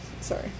sorry